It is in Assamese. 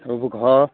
ঘৰ